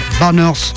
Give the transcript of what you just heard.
Banners